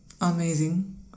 amazing